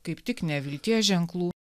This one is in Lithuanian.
kaip tik nevilties ženklų